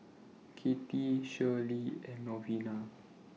Kattie Shirlie and Malvina